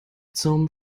zum